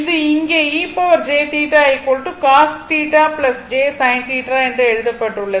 இது இங்கே e jθ cos θ j sin θ என்று எழுதப்பட்டுள்ளது